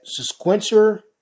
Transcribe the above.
sequencer